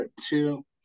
two